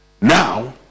now